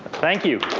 thank you.